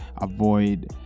avoid